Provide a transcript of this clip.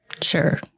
Sure